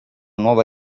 nuova